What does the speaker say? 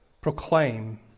proclaim